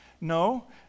No